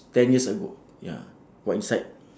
ten years ago ya what inside